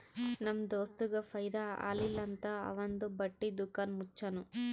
ನಮ್ ದೋಸ್ತಗ್ ಫೈದಾ ಆಲಿಲ್ಲ ಅಂತ್ ಅವಂದು ಬಟ್ಟಿ ದುಕಾನ್ ಮುಚ್ಚನೂ